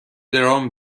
درام